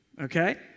okay